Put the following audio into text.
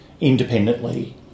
independently